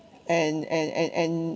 and and and and